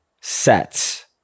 sets